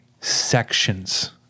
sections